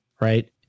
right